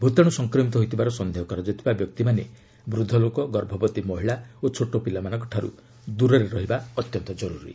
ଭୂତାଣ୍ର ସଂକ୍ରମିତ ହୋଇଥିବାର ସନ୍ଦେହ କରାଯାଉଥିବା ବ୍ୟକ୍ତିମାନେ ବୃଦ୍ଧ ଲୋକ ଗର୍ଭବତୀ ମହିଳା ଓ ଛୋଟ ପିଲାମାନଙ୍କଠାରୁ ଦୂରରେ ରହିବା ଅତ୍ୟନ୍ତ କର୍ରରୀ